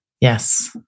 Yes